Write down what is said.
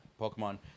Pokemon